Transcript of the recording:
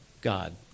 God